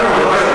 ברור.